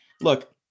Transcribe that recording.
look